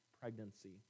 pregnancy